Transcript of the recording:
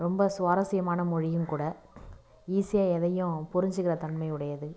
ரொம்ப சுவாரஸ்யமான மொழியும் கூட ஈஸியாக எதையும் புரிஞ்சிக்கிற தன்மையுடையது